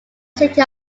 city